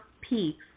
peaks